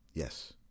Yes